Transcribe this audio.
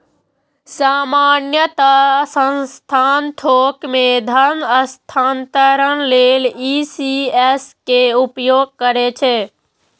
सामान्यतः संस्थान थोक मे धन हस्तांतरण लेल ई.सी.एस के उपयोग करै छै